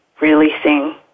releasing